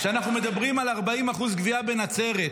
כשאנחנו מדברים על 40% גבייה בנצרת.